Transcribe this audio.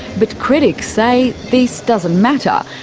but critics say this doesn't matter,